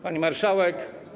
Pani Marszałek!